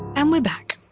and we're back.